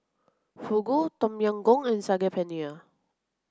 Fugu Tom Yam Goong and Saag Paneer